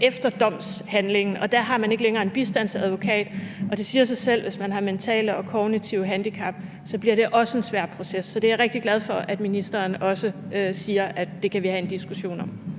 efter domshandlingen, og der har man ikke længere en bistandsadvokat, og det siger sig selv, at hvis man har mentale og kognitive handicap, så bliver det også en svær proces. Så det er jeg rigtig glad for at ministeren også siger at vi kan have en diskussion om.